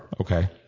Okay